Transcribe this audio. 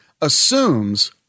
assumes